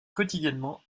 quotidiennement